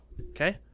Okay